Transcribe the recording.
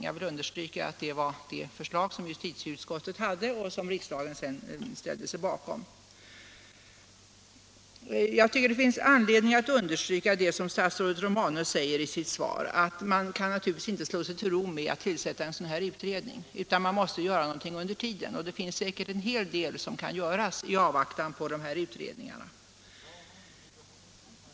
Jag vill understryka att det var det förslag som justitieutskottet framlade och som riksdagen sedan ställde sig bakom. Jag tycker det finns anledning att understryka vad statsrådet Romanus säger i sitt svar, att man naturligtvis inte kan slå sig till ro med att tillsätta en sådan här utredning, utan att man också måste göra något under tiden. Och det finns säkert en hel del att göra i avvaktan på de här utredningarna.